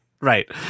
Right